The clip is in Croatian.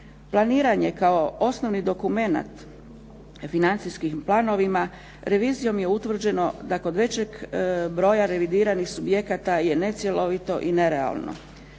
Planiranje kao osnovni dokumenat financijskim planovima revizijom je utvrđeno da kod većeg broja revidiranih subjekata je necjelovito i nerealno.